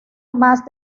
más